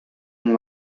mon